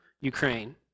Ukraine